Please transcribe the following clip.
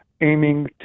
aiming